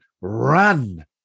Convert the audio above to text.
Run